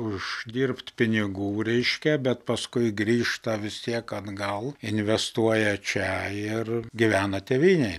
uždirbt pinigų reiškia bet paskui grįžta vistiek gal investuoja čia ir gyvena tėvynėj